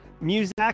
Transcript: music